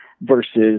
versus